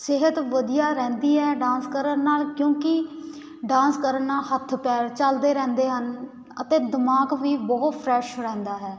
ਸਿਹਤ ਵਧੀਆ ਰਹਿੰਦੀ ਹੈ ਡਾਂਸ ਕਰਨ ਨਾਲ ਕਿਉਂਕਿ ਡਾਂਸ ਕਰਨਾ ਹੱਥ ਪੈਰ ਚਲਦੇ ਰਹਿੰਦੇ ਹਨ ਅਤੇ ਦਿਮਾਗ ਵੀ ਬਹੁਤ ਫਰੈਸ਼ ਰਹਿੰਦਾ ਹੈ